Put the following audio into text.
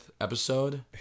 episode